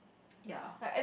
ya